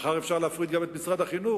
מחר אפשר להפריט גם את משרד החינוך,